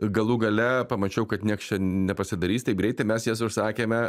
galų gale pamačiau kad nieks čia nepasidarys taip greitai mes jas užsakėme